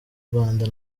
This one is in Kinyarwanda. rwanda